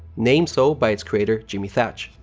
named so by its creator, jimmy thach,